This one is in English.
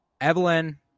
Evelyn